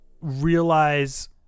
realize